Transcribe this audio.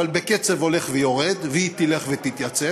אבל בקצב הולך ויורד והוא ילך ויתייצב,